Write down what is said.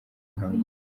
muhango